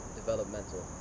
developmental